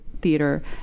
theater